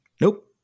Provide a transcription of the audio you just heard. Nope